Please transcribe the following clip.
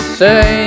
say